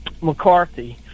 McCarthy